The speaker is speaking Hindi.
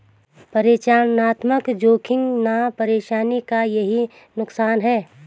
परिचालनात्मक जोखिम ना परखने का यही नुकसान है